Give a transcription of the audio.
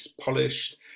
polished